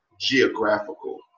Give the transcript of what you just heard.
geographical